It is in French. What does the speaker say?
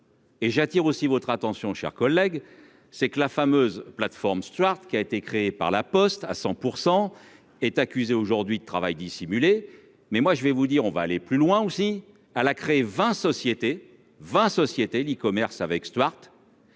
Et j'attire aussi votre attention chers collègues, c'est que la fameuse plateforme Stuart, qui a été créé par la Poste à 100 pour 100, est accusé aujourd'hui de travail dissimulé, mais moi je vais vous dire on va aller plus loin, aussi à la crève 20 société 20 l'E-commerce avec Stuart.